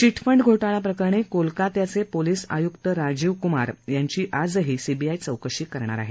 chit fund घोटाळा प्रकरणी कोलकात्याचे पोलीस आयुक्त राजीव कुमार यांची आजही सीबीआय चौकशी होणार आहे